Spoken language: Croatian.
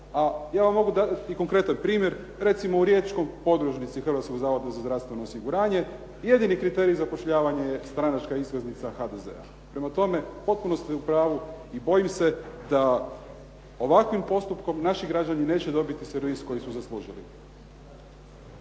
ja vam mogu dati i konkretna primjer, recimo u Riječkoj podružnici Hrvatskog zavoda za zdravstveno osiguranje jedini kriterij zapošljavanja je stranačka iskaznica HDZ-a. Prema tome, potpuno ste u pravu i bojim se da ovakvim postupkom naši građani neće dobiti servis koji su zaslužili.